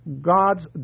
God's